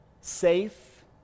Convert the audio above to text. safe